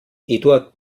eduard